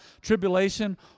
tribulation